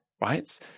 right